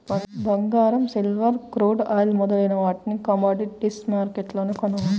బంగారం, silver, crude oil మొదలైన వాటిని కమోడిటీస్ మార్కెట్లోనే కొనవచ్చు